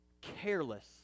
careless